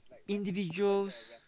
individuals